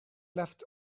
left